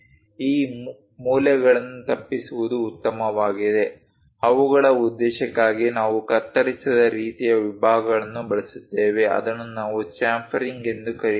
ಈ ಮೂಲೆಗಳನ್ನು ತಪ್ಪಿಸುವುದು ಉತ್ತಮವಾಗಿದೆ ಅವುಗಳ ಉದ್ದೇಶಕ್ಕಾಗಿ ನಾವು ಕತ್ತರಿಸಿದ ರೀತಿಯ ವಿಭಾಗಗಳನ್ನು ಬಳಸುತ್ತೇವೆ ಅದನ್ನು ನಾವು ಚ್ಯಾಮ್ಫರಿಂಗ್ ಎಂದು ಕರೆಯುತ್ತೇವೆ